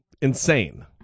insane